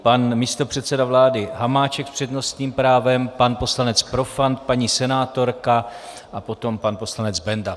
Pan místopředseda vlády Hamáček s přednostním právem, pan poslanec Profant, paní senátorka a potom pan poslanec Benda.